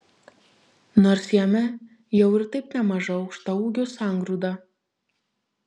nors jame jau ir taip nemaža aukštaūgių sangrūda